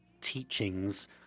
teachings